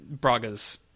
Braga's